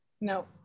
No